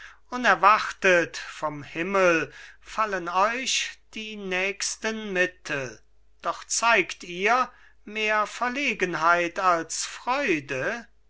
unerwartet vom himmel fallen euch die nächsten mittel doch zeigt ihr mehr verlegenheit als freude